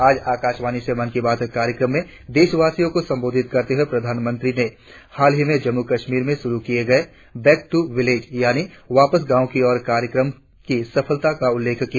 आज आकाशवाणी से मन की बात कार्यक्रम में देशवासियों को संबोधित करते हुए प्रधानमंत्री ने हाल ही में जम्मू कश्मीर में शुरु किए गए बैक टू विलेज यानि वापस गांव की ओर कार्यक्रम की सफलता का उल्लेख किया